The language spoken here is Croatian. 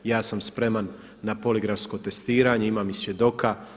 Ja sam spreman na poligrafsko testiranje, imam i svjedoka.